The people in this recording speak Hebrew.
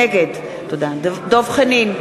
נגד דב חנין,